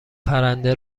پرنده